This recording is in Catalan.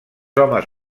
homes